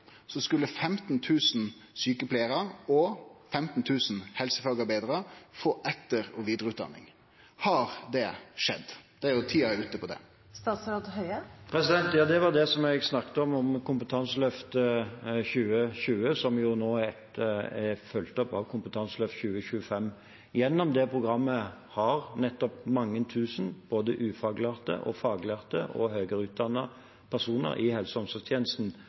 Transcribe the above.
skulle 15 000 sjukepleiarar og 15 000 helsefagarbeidarar få etter- og vidareutdanning. Har det skjedd? Tida er ute på det. Ja, det var det jeg snakket om, om Kompetanseløft 2020, som nå er fulgt opp av Kompetanseløft 2025. Gjennom det programmet har nettopp mange tusen både ufaglærte, faglærte og personer med høyere utdanning i helse- og omsorgstjenesten